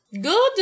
Good